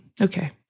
Okay